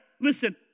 Listen